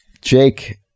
jake